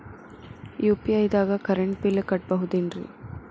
UPI ದಾಗ current bill ಕಟ್ಟಬಹುದೇನ್ರಿ?